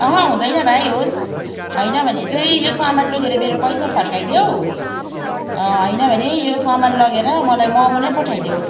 अँह हुँदैन भाइ होस् होइन भने चाहिँ यो सामान लगेर मेरो पैसा फर्काइदेऊ होइन भने यो सामान लगेर मलाई मोमो नै पठाइदेऊ